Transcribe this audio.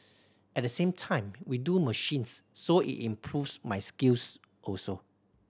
at the same time we do machines so it improves my skills also